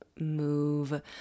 Move